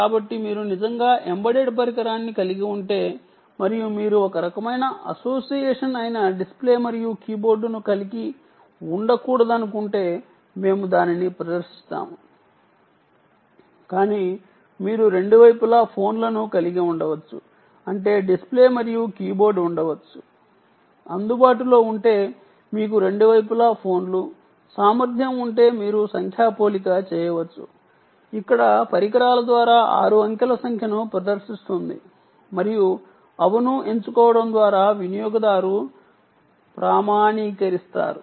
కాబట్టి మీరు నిజంగా ఎంబెడెడ్ పరికరాన్ని కలిగి ఉంటే మరియు మీరు ఒక రకమైన అసోసియేషన్ అయిన డిస్ప్లే మరియు కీబోర్డును కలిగి ఉండకూడదనుకుంటే మేము దానిని ప్రదర్శిస్తాము కాని మీరు రెండు వైపుల ఫోన్లను కలిగి ఉండవచ్చు అంటే డిస్ప్లే మరియు కీబోర్డ్ ఉండవచ్చు అందుబాటులో ఉంటే మీకు రెండు వైపుల ఫోన్లు సామర్ధ్యం ఉంటే మీరు సంఖ్యా పోలిక చేయవచ్చు ఇక్కడ పరికరాల ద్వారా 6 అంకెల సంఖ్యను ప్రదర్శిస్తుంది మరియు అవును ఎంచుకోవడం ద్వారా వినియోగదారు ప్రామాణీకరిస్తారు